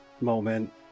moment